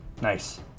Nice